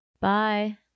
Bye